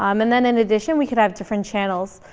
um and then, in addition, we could have different channels.